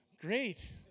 great